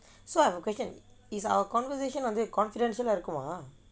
so I have a question is our conversation under confidential ah இருக்குமா:irukkumaa